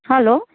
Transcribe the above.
hello